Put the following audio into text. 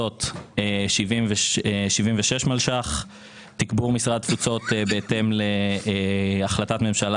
76 מיליון ₪ לתגבור משרד התפוצות בהתאם להחלטת ממשלה